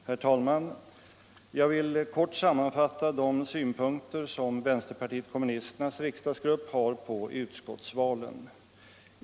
Herr tälman! Jag vill kort sammanfatta de svnpunkter som vänsterparver kommunisternas riksdagsgrupp har på utskottsvalen.